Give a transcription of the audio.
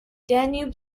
danube